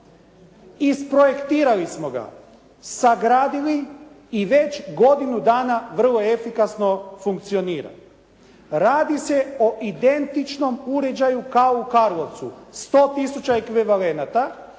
Isprojektirali smo ga, sagradili i već godinu dana vrlo efikasno funkcionira. Radi se o identičnom uređaju kao u Karlovcu. 100 tisuća ekvivalenata